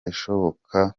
ishoboka